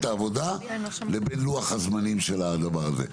העבודה לבין לוח הזמנים של הדבר הזה.